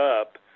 up